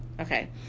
okay